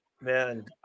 Man